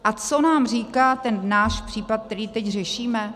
A co nám říká ten náš případ, který teď řešíme?